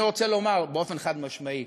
אני רוצה לומר באופן חד-משמעי,